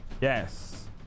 yes